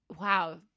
wow